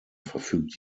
verfügt